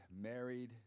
married